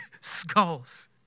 skulls